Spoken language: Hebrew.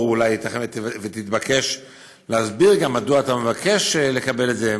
ייתכן שתתבקש להסביר מדוע אתה מבקש לקבל את זה,